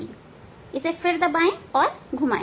इसे दबाए और फिर इसे घुमाए